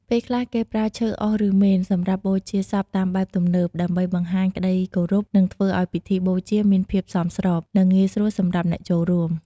ពេលខ្លះ គេប្រើឈើអុស ឬមេន សម្រាប់បូជាសពតាមបែបទំនើប ដើម្បីបង្ហាញក្តីគោរព និងធ្វើអោយពិធីបូជាមានភាពសមស្រប និងងាយស្រួលសម្រាប់អ្នកចូលរួម។